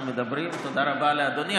אנחנו מדברים, תודה רבה לאדוני.